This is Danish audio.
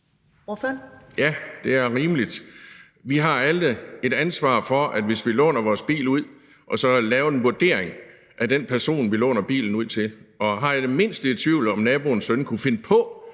Ja, det er rimeligt. Vi har alle et ansvar for, hvis vi låner vores bil ud, at lave en vurdering af den person, vi låner bilen ud til, og er jeg det mindste i tvivl om, om naboens søn kunne finde på